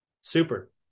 Super